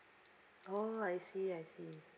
oh I see I see